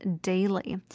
daily